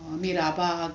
Mirabag